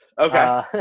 Okay